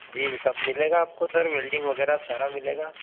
जी सब मिलेगा आपको सर वेल्डिंग वगैरह सारा मिलेगा